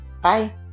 Bye